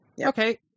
Okay